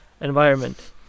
environment